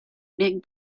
big